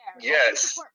Yes